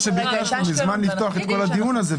אנחנו ביקשנו מזמן לפתוח את הדיון הזה.